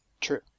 True